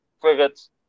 frigates